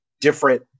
different